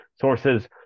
sources